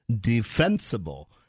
defensible